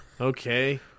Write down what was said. Okay